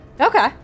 Okay